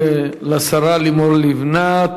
תודה לשרה לימור לבנת.